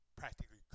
practically